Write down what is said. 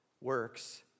Works